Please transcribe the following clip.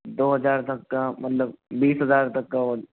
दो हज़ार तक का मतलब बीस हज़ार तक हो